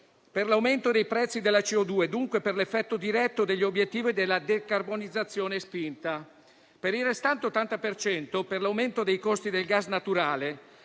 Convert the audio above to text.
l'aumento dei prezzi della CO₂ e, dunque, l'effetto diretto degli obiettivi della decarbonizzazione spinta; il restante 80 per cento dipende dall'aumento dei costi del gas naturale.